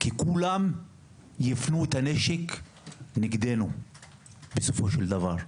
כולם יפנו את הנשק נגדנו בסופו של דבר.